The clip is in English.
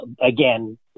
Again